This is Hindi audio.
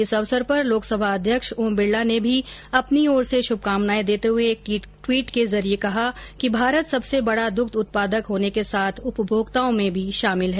इस अवसर पर लोकसभा अध्यक्ष ओम बिडला ने भी अपनी ओर से शुभकामनाए देते हुए एक ट्वीट के जरिए कहा कि भारत सबसे बड़ा दुग्ध उत्पादक होने के साथ उपभोक्ताओं में भी शामिल है